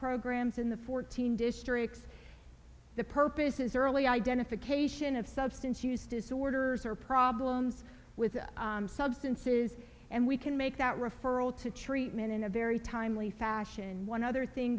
programs in the fourteen districts the purpose is early identification of substance use disorders or problems with substances and we can make that referral to treatment in a very timely fashion and one other thing